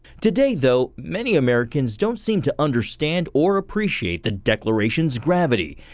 today though many americans don't seem to understand or appreciate the declaration's gravity.